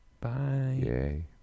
Bye